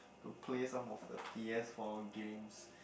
to play some of the P_S four games